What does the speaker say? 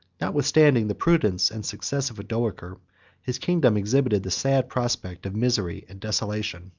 notwithstanding the prudence and success of odoacer, his kingdom exhibited the sad prospect of misery and desolation.